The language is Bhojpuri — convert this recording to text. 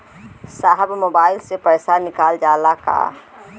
साहब मोबाइल से पैसा निकल जाला का?